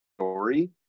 story